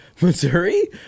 Missouri